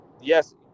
yes